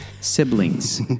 siblings